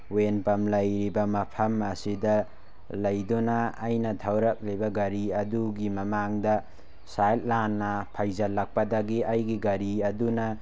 ꯋꯦꯟ ꯄꯝ ꯂꯩꯔꯤꯕ ꯃꯐꯝ ꯑꯁꯤꯗ ꯂꯩꯗꯨꯅ ꯑꯩꯅ ꯊꯧꯔꯛꯂꯤꯕ ꯒꯥꯔꯤ ꯑꯗꯨꯒꯤ ꯃꯃꯥꯡꯗ ꯁꯥꯏꯗ ꯂꯥꯟꯅ ꯐꯩꯖꯤꯜꯂꯛꯄꯗꯒꯤ ꯑꯩꯒꯤ ꯒꯥꯔꯤ ꯑꯗꯨꯅ